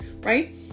right